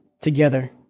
together